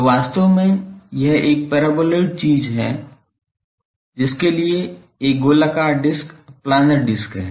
तो वास्तव में यह इस पैराबोलॉइड चीज़ के लिए एक गोलाकार डिस्क प्लानर डिस्क है